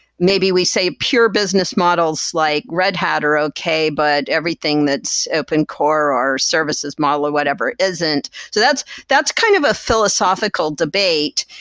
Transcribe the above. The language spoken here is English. maybe we say pure business models like red hat are okay, but everything that's open core or services model or whatever isn't. so that's that's kind of a philosophical debate,